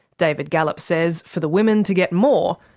david gallop says for the women to get more,